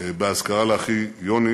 באזכרה לאחי יוני